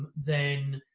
then,